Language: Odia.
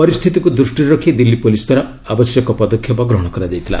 ପରିସ୍ଥିତିକୁ ଦୃଷ୍ଟିରେ ରଖି ଦିଲ୍ଲୀ ପୁଲିସ୍ଦ୍ୱାରା ଆବଶ୍ୟକ ପଦକ୍ଷେପ ଗ୍ରହଣ କରାଯାଇଥିଲା